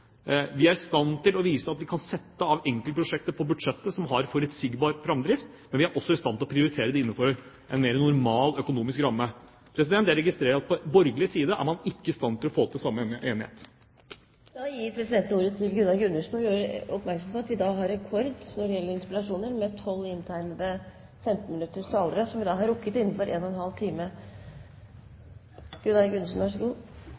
enkeltprosjekter på budsjettet som har forutsigbar framdrift, men vi er også i stand til å prioritere det innenfor en mer normal økonomisk ramme. Jeg registrerer at man på borgerlig side ikke er i stand til å få til samme enighet. Da gir presidenten ordet til Gunnar Gundersen, og gjør oppmerksom på at vi har rekord med tolv inntegnede talere, med 5 minutter hver, i interpellasjonen, som vi da har rukket innenfor en og en halv time. Gunnar Gundersen, vær så god.